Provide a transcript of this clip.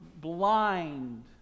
blind